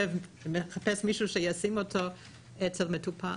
מישהו שישים אותו אצל מטופל.